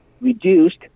reduced